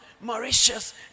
Mauritius